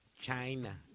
China